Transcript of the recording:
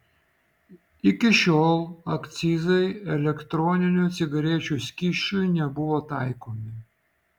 iki šiol akcizai elektroninių cigarečių skysčiui nebuvo taikomi